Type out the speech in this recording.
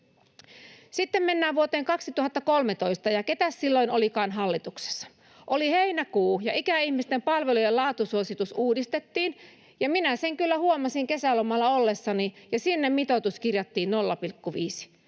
Sitten mennään vuoteen 2013, ja ketäs silloin olikaan hallituksessa? Oli heinäkuu, ja ikäihmisten palvelujen laatusuositus uudistettiin. Minä sen kyllä huomasin kesälomalla ollessani, ja sinne mitoitus kirjattiin, 0,5.